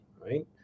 right